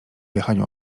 jechaniu